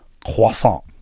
croissant